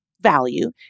value